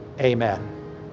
amen